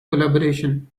collaboration